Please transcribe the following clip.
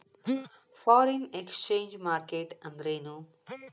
Foreign exchange market ಅಂದ್ರೇನು?